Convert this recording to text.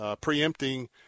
preempting